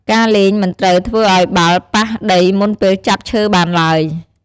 ការលេងមិនត្រូវធ្វើឲ្យបាល់ប៉ះដីមុនពេលចាប់ឈើបានទ្បើយ។